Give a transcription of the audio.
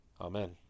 Amen